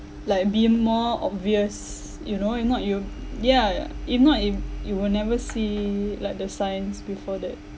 like be more obvious you know if not you ya ya if not if you will never see like the signs before that